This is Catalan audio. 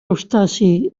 eustaci